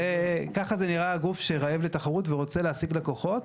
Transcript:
ככה זה נראה גוף שרעב לתחרות ורוצה להשיג לקוחות.